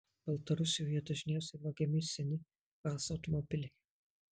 baltarusijoje dažniausiai vagiami seni vaz automobiliai